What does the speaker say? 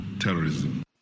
terrorism